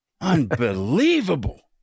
Unbelievable